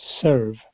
serve